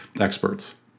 experts